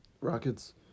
Rockets